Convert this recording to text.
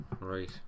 Right